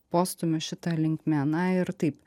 postūmio šita linkme na ir taip